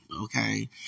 okay